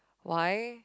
why